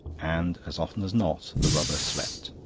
and as often as not the rubber slept.